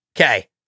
Okay